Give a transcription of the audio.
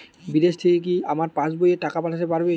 বিদেশ থেকে কি আমার পাশবইয়ে টাকা পাঠাতে পারবে?